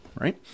right